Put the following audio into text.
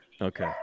Okay